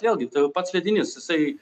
vėlgi tai jau pats sviedinys jisai